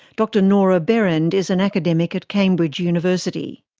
dr nora berend is an academic at cambridge university.